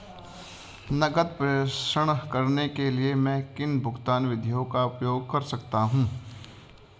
नकद प्रेषण करने के लिए मैं किन भुगतान विधियों का उपयोग कर सकता हूँ?